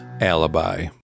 Alibi